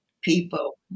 people